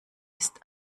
ist